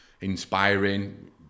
inspiring